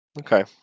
okay